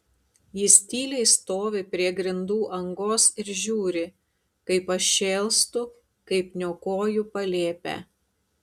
jis tyliai stovi prie grindų angos ir žiūri kaip aš šėlstu kaip niokoju palėpę